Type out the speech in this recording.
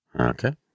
Okay